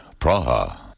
Praha